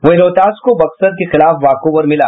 वहीं रोहतास को बक्सर के खिलाफ वॉक ओवर मिला